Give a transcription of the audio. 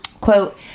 Quote